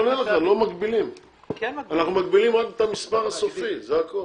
אנחנו מגבילים רק את המספר הסופי זה הכול.